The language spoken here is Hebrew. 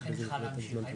אכן צריכה להמשיך?